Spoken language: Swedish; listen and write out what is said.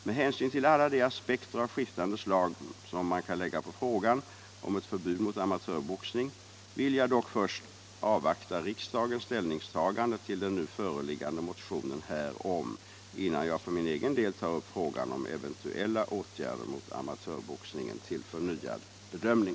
Med hänsyn till alla de aspekter av skiftande slag, som man kan lägga på frågan om ett förbud mot amatörboxning, vill jag dock först avvakta riksdagens ställningstagande till den nu föreliggande motionen härom, innan jag för min del tar upp frågan om eventuella åtgärder mot amatörboxningen till förnyad bedömning.